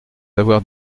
d’avoir